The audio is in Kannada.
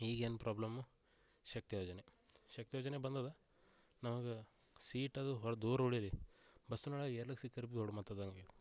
ಈಗೇನು ಪ್ರಾಬ್ಲಮ್ ಶಕ್ತಿ ಯೋಜನೆ ಶಕ್ತಿ ಯೋಜನೆ ಬಂದದ ನಮ್ಗೆ ಸೀಟ್ ಅದು ಹೊರ ದೂರ ಉಳಿಲಿ ಬಸ್ಸಿನೊಳಗೆ ದೊಡ್ಡ ಮಾತು ಅದು ನಮಗೆ